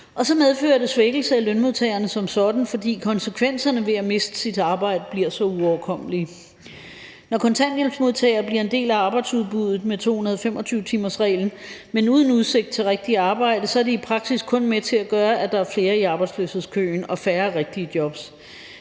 Og så medfører det svækkelse af lønmodtagerne som sådan, for konsekvenserne ved at miste sit arbejde bliver så uoverkommelige. Når kontanthjælpsmodtagere bliver en del af arbejdsudbuddet med 225-timersreglen, men uden udsigt til rigtigt arbejde, er det i praksis kun med til at gøre, at der er flere i arbejdsløshedskøen og færre rigtige jobs.